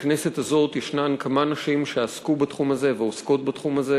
בכנסת הזאת ישנן כמה נשים שעסקו בתחום הזה ועוסקות בתחום הזה,